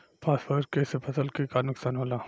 Phosphorus के से फसल के का नुकसान होला?